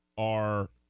are